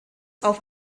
auf